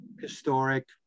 historic